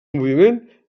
moviment